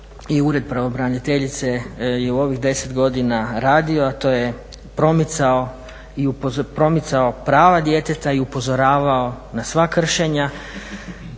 i Ured pravobraniteljice je u ovih 10 godina radio, a to je promicao prava djeteta i upozoravao na sva kršenja